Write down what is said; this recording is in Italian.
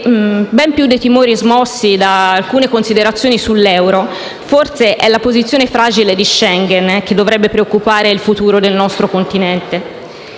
ben più dei timori smossi da alcune considerazioni sull'euro, forse è la posizione fragile di Schengen che dovrebbe preoccupare il futuro del nostro continente.